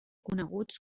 coneguts